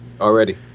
already